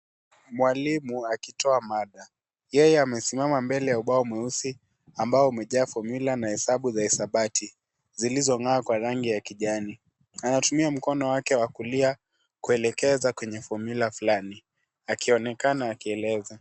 Mwalimu akitoa mada. Yeye amesimama mbele ya ubao mweusi ambao umejaa formula na hesabu za hisabati zilizong'aa kwa rangi ya kijani. Anatumia mkono wake wa kulia kuelekeza kwenye formula fulani akionekana kuelewa.